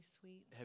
sweet